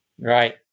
Right